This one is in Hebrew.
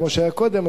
כמו שהיה קודם,